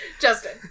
Justin